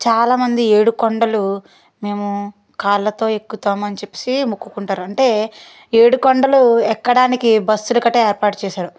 చాలామంది ఏడుకొండలు మేము కాళ్ళతో ఎక్కుతామని చెప్పేసి మొక్కుకుంటారు అంటే ఏడుకొండలు ఎక్కడానికి బస్సులు ఒకటే ఏర్పాటు చేశారు